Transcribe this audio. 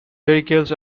vehicles